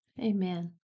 Amen